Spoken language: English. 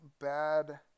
bad